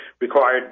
Required